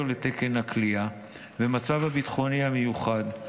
לתקן הכליאה והמצב הביטחוני המיוחד,